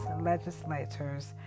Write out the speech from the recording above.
legislators